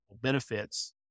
benefits